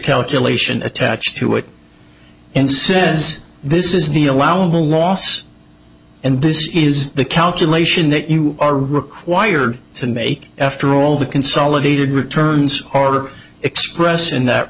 calculation attached to it and since this is the allowable loss and this is the calculation that you are required to make after all the consolidated returns or express in that